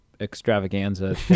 extravaganza